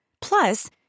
Plus